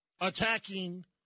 attacking